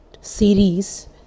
series